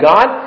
God